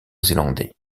zélandais